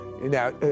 Now